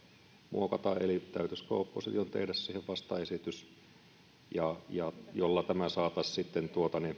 muokata eli täytyisikö opposition tehdä siihen vastaesitys jolla tämä saataisiin sitten